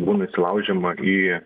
būna įsilaužiama į